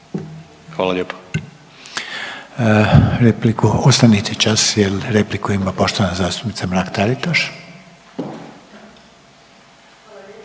Repliku, ostanite čas jer repliku ima poštovana zastupnica Mrak Taritaš.